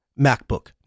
MacBook